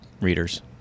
readers